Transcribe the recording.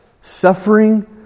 suffering